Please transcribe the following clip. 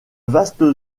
vaste